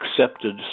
accepted